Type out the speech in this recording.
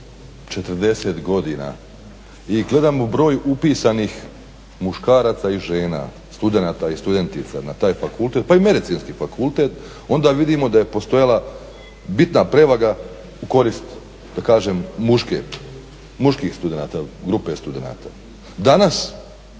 40 godina i gledamo broj upisanih muškaraca i žena, studenata i studentica na taj fakultet pa i Medicinski fakultet onda vidimo da je postojala bitna prevaga u korist da kažem muških studenata ili grupe studenata. Danas